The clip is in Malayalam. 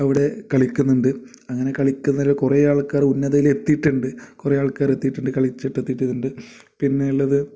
അവിടെ കളിക്കുന്നുണ്ട് അങ്ങനെ കളിക്കുന്നതിൽ കുറേ ആൾക്കാർ ഉന്നതയിൽ എത്തിയിട്ടുണ്ട് കുറേ ആൾക്കാരെത്തിയിട്ടുണ്ട് കളിച്ചിട്ട് എത്തിയിട്ടുണ്ട് പിന്നെ ഉള്ളത്